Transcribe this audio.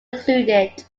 included